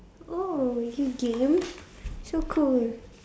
oh you game so cool